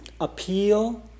appeal